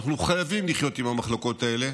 ואנחנו חייבים לחיות עם המחלוקות האלה,